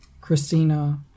Christina